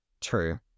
True